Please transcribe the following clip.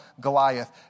Goliath